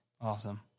Awesome